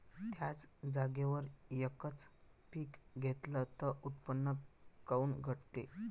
थ्याच जागेवर यकच पीक घेतलं त उत्पन्न काऊन घटते?